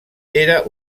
era